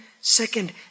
second